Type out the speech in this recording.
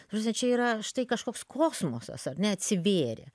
ta prasme čia yra štai kažkoks kosmosas ar ne atsivėrė